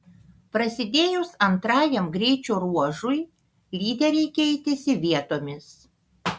prasidėjus antrajam greičio ruožui lyderiai keitėsi vietomis